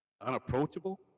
unapproachable